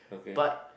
but